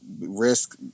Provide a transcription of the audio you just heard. Risk